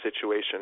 situation